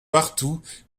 partout